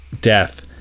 death